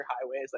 highways